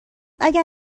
اگر